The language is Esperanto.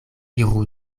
iru